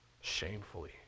shamefully